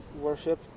worship